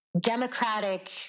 democratic